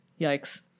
Yikes